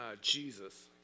Jesus